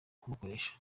kubukoresha